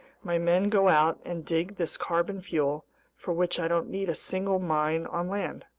my men go out and dig this carbon fuel for which i don't need a single mine on land.